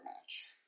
match